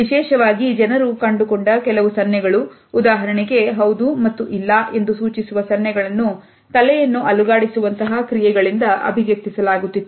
ವಿಶೇಷವಾಗಿ ಜನರು ಕಂಡುಕೊಂಡ ಕೆಲವು ಸನ್ನೆಗಳು ಉದಾಹರಣೆಗೆ ಹೌದು ಮತ್ತು ಇಲ್ಲ ಎಂದು ಸೂಚಿಸುವ ಸನ್ನೆಗಳನ್ನು ತಲೆಯನ್ನು ಅಲುಗಾಡಿಸುವಂತಹ ಕ್ರಿಯೆಗಳಿಂದ ಅಭಿವ್ಯಕ್ತಿ ಸಲಾಗುತ್ತಿತ್ತು